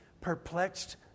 perplexed